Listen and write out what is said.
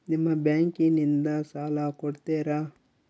ನಿಮ್ಮ ಬ್ಯಾಂಕಿನಿಂದ ಸಾಲ ಕೊಡ್ತೇರಾ?